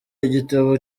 igitabo